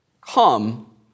Come